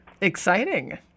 exciting